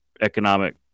economic